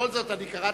תודה